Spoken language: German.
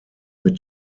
mit